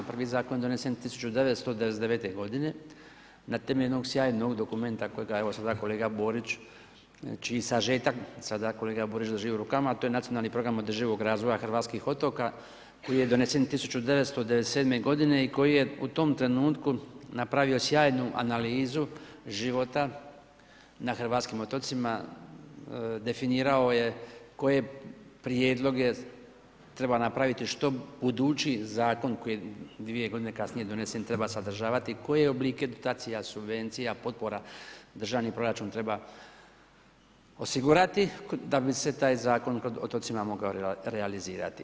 Prvi Zakon je donesen 1999. godine na temelju jednog sjajnog dokumenta koje ga je evo, sada kolega Borić, znači i sažetak sada kolega Borić drži u rukama, a to je Nacionalni program održivog razvoja hrvatskih otoka koji je donesen 1997. godine i koji je u tom trenutku napravio sjajnu analizu života na hrvatskim otocima, definirao je koje prijedloge treba napraviti, što budući Zakon koji je 2 godine kasnije donesen treba sadržavati, koje oblike dotacija, subvencija, potpora državni proračun treba osigurati da bi se taj Zakon o otocima mogao realizirati.